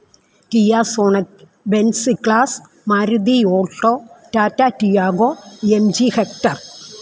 Keya Sonet Benz C class Maruti Alto Tata Tiago M G Hector